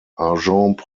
agents